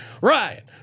Ryan